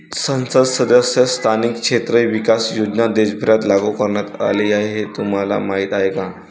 संसद सदस्य स्थानिक क्षेत्र विकास योजना देशभरात लागू करण्यात आली हे तुम्हाला माहीत आहे का?